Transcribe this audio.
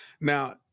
now